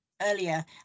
earlier